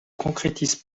concrétise